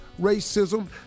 racism